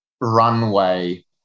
runway